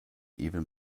even